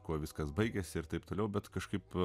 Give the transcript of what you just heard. kuo viskas baigiasi ir taip toliau bet kažkaip